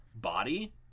body